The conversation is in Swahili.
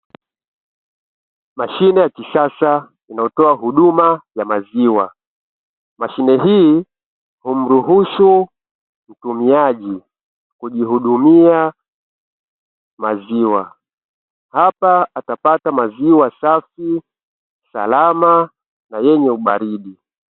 Mashine ya kisasa inayotoa huduma ya maziwa. Mashine hii humruhusu mtumiaji kujihudumia maziwa. Hapa atapata maziwa safi, salama na yenye ubaridi.